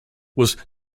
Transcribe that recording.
was